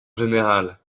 général